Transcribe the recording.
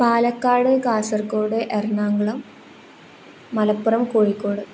Palakkad Kasaragod Ernakulam Malappuram Kozhikode